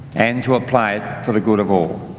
and to apply it for the good of all.